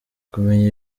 kumenya